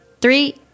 Three